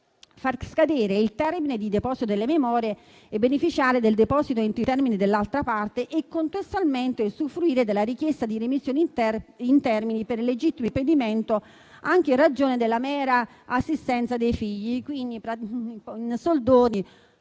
far scadere il termine di deposito delle memorie e beneficiare del deposito entro i termini dell'altra parte, e contestualmente usufruire della richiesta di remissione in termini per il legittimo impedimento, anche in ragione della mera assistenza dei figli. In soldoni,